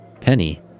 Penny